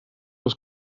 les